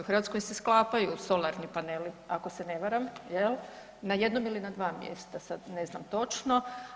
U Hrvatskoj se sklapaju solarni paneli ako se ne varam na jednom ili na dva mjesta, sad ne znam točno.